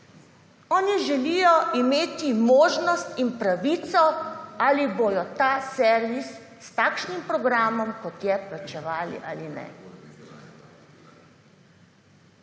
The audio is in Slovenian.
Oni želijo imeti možnost in pravico, ali bodo ta servis s takšnim programom, kot je, plačevali ali ne.